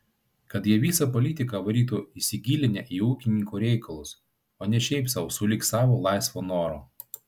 kad jie visą politiką varytų įsigilinę į ūkininko reikalus o ne šiaip sau sulig savo laisvo noro